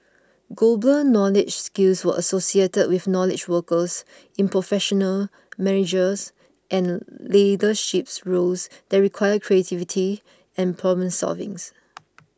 global knowledge skills were associated with knowledge workers in professional managerial and leadership roles that require creativity and problem solvings